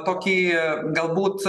tokį galbūt